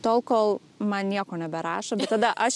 tol kol man nieko neberašo tada aš